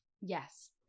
yes